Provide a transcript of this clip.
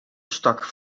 stak